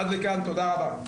תודה רבה.